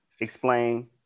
explain